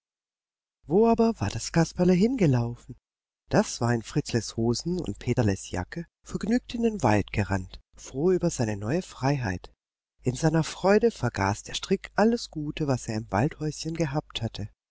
wo aber war das kasperle hingelaufen das war in fritzles hosen und peterles jacke vergnügt in den wald gerannt froh über seine neue freiheit in seiner freude vergaß der strick alles gute was er im waldhäuschen gehabt hatte